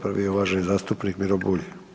Prvi je uvaženi zastupnik Miro Bulj.